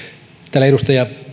täällä edustaja